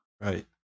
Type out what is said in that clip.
Right